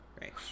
Right